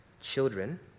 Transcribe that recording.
Children